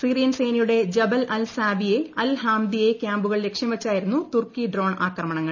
Syrian സേനയുടെ Jabal al Zawiya al Hamdiya ക്യാമ്പുകൾ ലക്ഷ്യം വച്ചായിരുന്നു തുർക്കി ഡ്രോൺ ആക്രമണങ്ങൾ